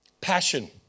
Passion